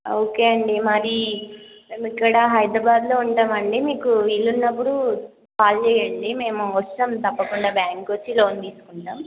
okay అండి మరి మేము ఇక్కడ హైదరాబాదులో ఉంటామండి మీకు వీలున్నప్పుడు కాల్ చేయండి మేము వస్తాము తప్పకుండా బ్యాంక్కి వచ్చి లోన్ తీసుకుంటాము